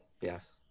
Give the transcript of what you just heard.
Yes